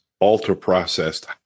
ultra-processed